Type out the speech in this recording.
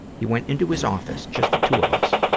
he went into his office, just the two of us.